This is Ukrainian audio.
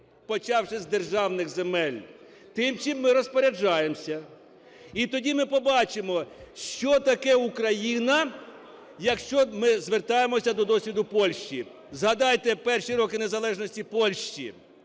почавши з державних земель, тим, чим ми розпоряджаємося? І тоді ми побачимо, що таке Україна, якщо ми звертаємося до досвіду Польщі. Згадайте перші роки незалежності Польщі.